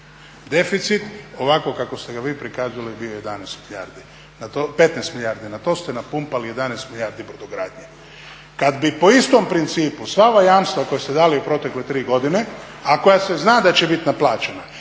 Deficit, ovako kako ste ga vi prikazali, bio je 15 milijardi, na to ste napumpali 11 milijardi brodogradnje. Kad bi po istom principu sva ova jamstva koja ste dali u protekle 3 godine, a koja se zna da će biti naplaćena,